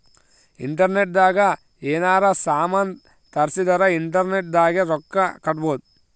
internet ದಾಗ ಯೆನಾರ ಸಾಮನ್ ತರ್ಸಿದರ ಇಂಟರ್ನೆಟ್ ದಾಗೆ ರೊಕ್ಕ ಕಟ್ಬೋದು